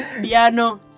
piano